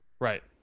Right